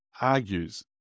argues